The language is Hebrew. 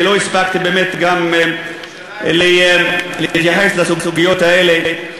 ולא הספקתי באמת גם להתייחס לסוגיות האלה.